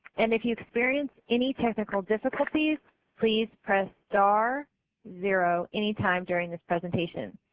and if you experience any technical difficulties please press star zero any time during this presentation.